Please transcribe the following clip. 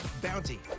Bounty